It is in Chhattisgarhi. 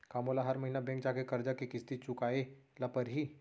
का मोला हर महीना बैंक जाके करजा के किस्ती चुकाए ल परहि?